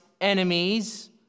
enemies